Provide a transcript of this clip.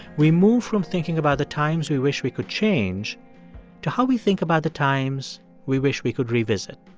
we move from thinking about the times we wish we could change to how we think about the times we wish we could revisit